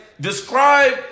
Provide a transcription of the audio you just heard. Describe